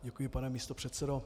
Děkuji, pane místopředsedo.